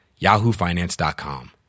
yahoofinance.com